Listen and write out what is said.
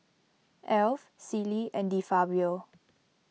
Alf Sealy and De Fabio